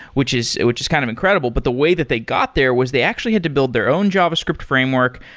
which is which is kind of incredible. but the way that they got there was they actually had to build their own javascript framework,